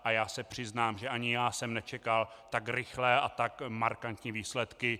A já se přiznám, že ani já jsem nečekal tak rychlé a tak markantní výsledky.